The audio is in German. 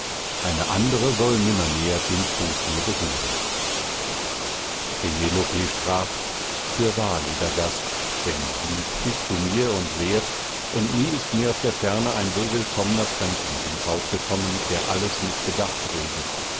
eine andere soll nimmermehr den fuß mir berühren penelope sprach fürwahr lieber gast denn lieb bist du mir und wert und nie ist mir aus der ferne ein so willkommener fremdling ins haus gekommen der alles mit bedacht redet